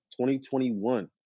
2021